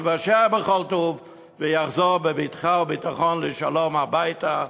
ייוושע בכל טוב ויחזור בבטחה וביטחון ובשלום הביתה,